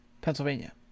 Pennsylvania